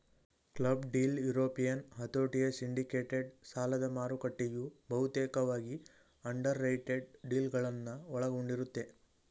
club deal European ಹತೋಟಿಯ syndicated ಸಾಲದಮಾರುಕಟ್ಟೆಯು ಬಹುತೇಕವಾಗಿ ಅಂಡರ್ರೈಟೆಡ್ ಡೀಲ್ಗಳನ್ನ ಒಳಗೊಂಡಿರುತ್ತೆ